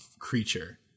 creature